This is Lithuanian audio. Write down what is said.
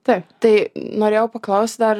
taip tai norėjau paklaust dar